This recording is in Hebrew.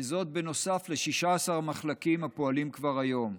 וזאת בנוסף ל-16 מחלקים הפועלים כבר היום.